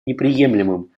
неприемлемым